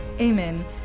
Amen